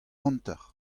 hanter